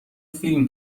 فیلم